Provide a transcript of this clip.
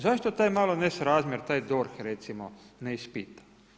Zašto taj malo nesrazmjer taj DORH recimo ne ispita?